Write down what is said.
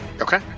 Okay